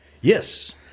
Yes